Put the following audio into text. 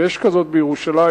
ויש כזאת בירושלים,